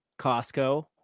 costco